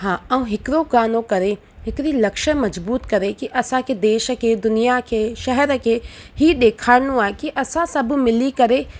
हा ऐं हिकु ॿ गाने करे हिकिड़ी लक्षय मज़बूत करे की असांखे देश खे दुनिया खे शहर खे ई ॾेखारिणो आहे की असां सभु मिली करे